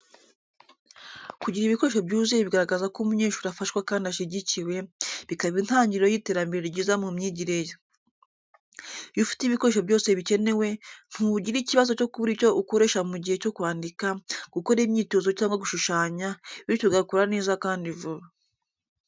Kugira ibikoresho byuzuye bigaragaza ko umunyeshuri afashwa kandi ashyigikiwe, bikaba intangiriro y’iterambere ryiza mu myigire ye. Iyo ufite ibikoresho byose bikenewe, ntugira ikibazo cyo kubura icyo ukoresha mu gihe cyo kwandika, gukora imyitozo cyangwa gushushanya, bityo ugakora neza kandi vuba.